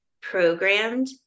programmed